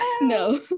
no